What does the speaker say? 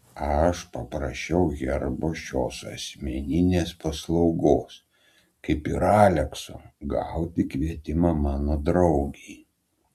aš paprašiau herbo šios asmeninės paslaugos kaip ir alekso gauti kvietimą mano draugei